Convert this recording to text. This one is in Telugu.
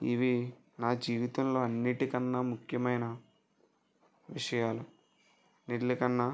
ఇవి నా జీవితంలో అన్నిటికన్నా ముఖ్యమైన విషయాలు వీటికన్నా